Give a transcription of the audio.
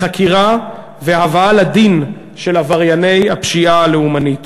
חקירה והבאה לדין של עברייני הפשיעה הלאומנית.